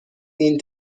این